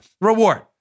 reward